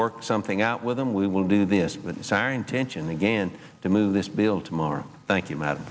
work something out with them we will do this with this our intention again to move this bill tomorrow thank you m